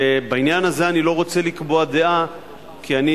בעניין הזה אני לא רוצה לקבוע דעה כי אני